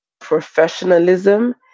professionalism